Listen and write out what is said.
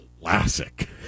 classic